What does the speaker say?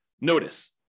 Notice